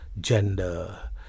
gender